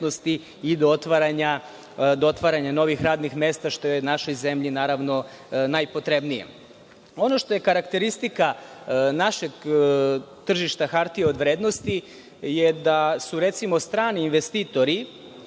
i do otvaranja novih radnih mesta, što je našoj zemlji naravno najpotrebnije. Ono što je karakteristika našeg tržišta hartija od vrednosti je da, recimo, strani investitori